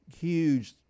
huge